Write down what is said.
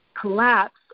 collapse